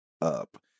up